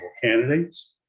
candidates